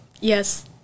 yes